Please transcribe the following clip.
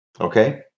Okay